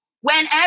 Whenever